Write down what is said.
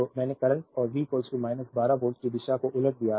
तो मैंने करंट और V 12 वोल्ट की दिशा को उलट दिया है